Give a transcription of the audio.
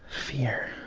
fear.